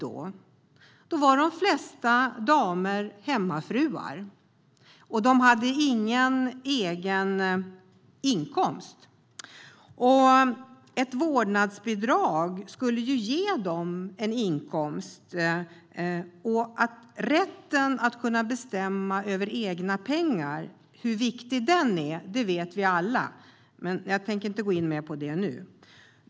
Då var de flesta damer hemmafruar, och de hade ingen egen inkomst. Ett vårdnadsbidrag skulle ge dem en inkomst. Vi vet alla hur viktig rätten att kunna bestämma över egna pengar är, men jag tänker inte gå in mer på det nu.